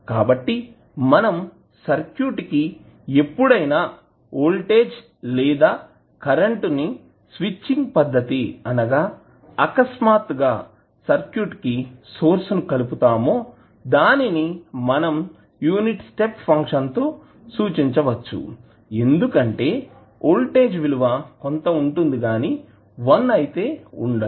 కాబట్టి మనం సర్క్యూట్ కి ఎప్పుడైనా వోల్టేజ్ లేదా కరెంటు ని స్విచ్చింగ్ పద్దతి అనగా ఆకస్మాత్తుగా సర్క్యూట్ కి సోర్స్ ని కలుపుతామో దానిని మనం యూనిట్ స్టెప్ ఫంక్షన్ తో సూచించవచ్చు ఎందుకంటే వోల్టేజ్ విలువ కొంత ఉంటుంది కానీ వన్ అయితే ఉండదు